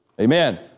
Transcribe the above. Amen